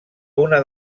una